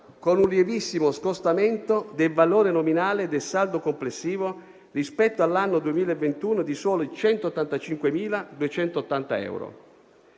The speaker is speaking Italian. con un lievissimo scostamento del valore nominale del saldo complessivo rispetto all'anno 2021, di soli 185.000.280 euro.